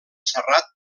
serrat